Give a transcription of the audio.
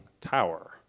tower